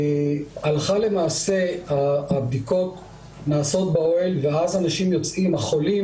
הלכה למעשה בדיקות נעשות באוהל ואז אנשים יוצאים החולים